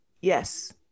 yes